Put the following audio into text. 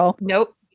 nope